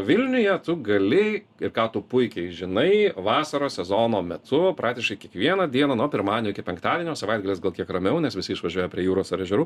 vilniuje tu gali ir ką tu puikiai žinai vasaros sezono metu praktiškai kiekvieną dieną nuo pirmadienio iki penktadienio savaitgaliais gal kiek ramiau nes visi išvažiuoja prie jūros ar ežerų